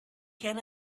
can